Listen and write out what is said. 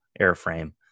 airframe